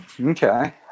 okay